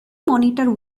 monitor